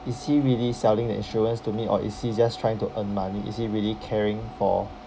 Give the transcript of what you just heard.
is he really selling the insurance to meet or is he just trying to earn money is he really caring for